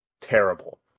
terrible